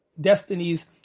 Destinies